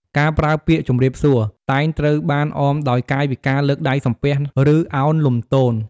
ការប្រើពាក្យ "ជំរាបសួរ" តែងត្រូវបានអមដោយកាយវិការលើកដៃសំពះ ឬឱនលំទោន។